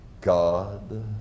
God